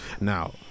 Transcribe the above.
Now